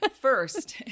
first